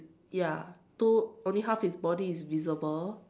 ya two only half his body is visible